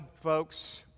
folks